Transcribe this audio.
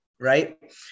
right